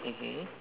mmhmm